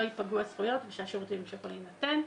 יפגעו הזכויות ושהשירותים ימשיכו להינתן.